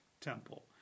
Temple